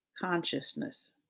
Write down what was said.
consciousness